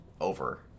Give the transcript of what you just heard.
over